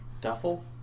duffel